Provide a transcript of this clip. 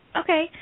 Okay